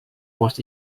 was